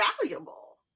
valuable